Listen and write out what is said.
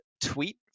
tweet